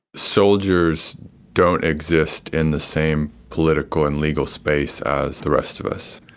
soldiers don't exist in the same political and legal space as the rest of us.